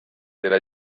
della